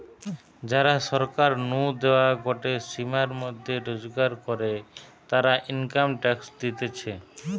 যারা সরকার নু দেওয়া গটে সীমার মধ্যে রোজগার করে, তারা ইনকাম ট্যাক্স দিতেছে